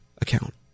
account